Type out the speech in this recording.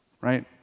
right